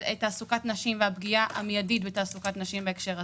על תעסוקת נשים ועל הפגיעה המיידית בתעסוקת נשים בהקשר הזה,